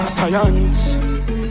Science